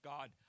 God